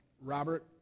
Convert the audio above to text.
Robert